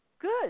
Good